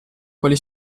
quali